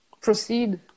proceed